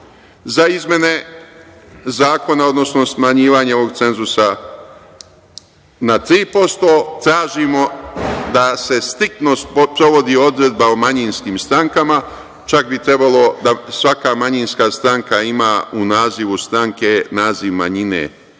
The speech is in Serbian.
za izmene zakona, odnosno smanjivanje ovog cenzusa na tri posto. Tražimo da se striktno sprovodi odredba o manjinskim strankama, čak bi trebalo da svaka manjinska stranka ima u nazivu stranke naziv manjine, čim pre